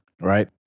Right